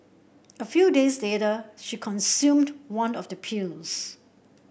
a few days later she consumed one of the pills